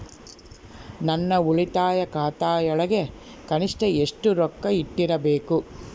ನನ್ನ ಉಳಿತಾಯ ಖಾತೆಯೊಳಗ ಕನಿಷ್ಟ ಎಷ್ಟು ರೊಕ್ಕ ಇಟ್ಟಿರಬೇಕು?